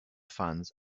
funds